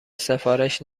سفارش